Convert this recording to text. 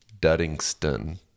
Duddingston